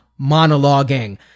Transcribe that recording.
monologuing